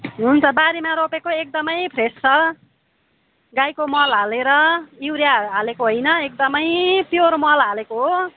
हुन्छ बारीमा रोपेको एकदमै फ्रेस छ गाईको मल हालेर युरिया हालेको होइन एकदमै प्योर मल हालेको हो